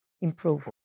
improve